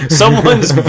someone's